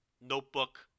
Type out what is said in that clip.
notebook